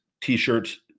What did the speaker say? t-shirts